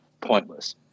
pointless